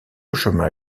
chômage